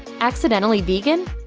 accidentally vegan?